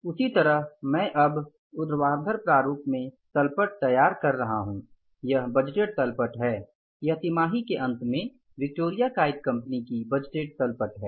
उसी तरह मैं अब ऊर्ध्वाधर प्रारूप में तल पट तैयार कर रहा हूँ यह बजटेड तल पट है यह तिमाही के अंत में विक्टोरिया काइट कंपनी की बजटेड तल पट है